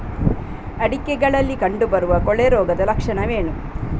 ಅಡಿಕೆಗಳಲ್ಲಿ ಕಂಡುಬರುವ ಕೊಳೆ ರೋಗದ ಲಕ್ಷಣವೇನು?